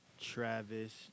Travis